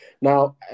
now